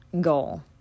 goal